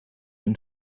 een